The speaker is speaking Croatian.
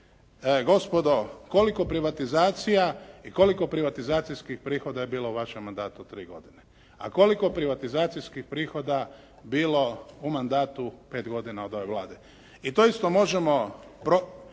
gospodo koliko privatizacija i koliko privatizacijskih prihoda je bilo u vašem mandatu od 3 godine? A koliko privatizacijskih prihoda bilo u mandatu 5 godina od ove Vlade? I to isto možemo